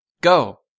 Go